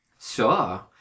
Sure